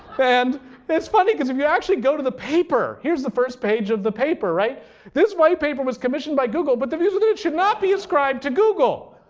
and it's funny because if you actually go to the paper here's the first page of the paper. this white paper was commissioned by google but the views within it should not be ascribed to google.